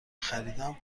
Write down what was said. خریدم